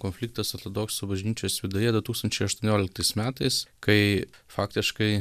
konfliktas atrodoksų bažnyčios viduje du tūkstančiai aštuonioliktais metais kai faktiškai